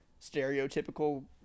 stereotypical